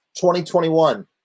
2021